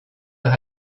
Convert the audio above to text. par